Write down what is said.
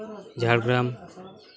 Jhargram